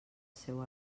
seu